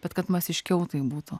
bet kad masiškiau tai būtų